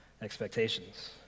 expectations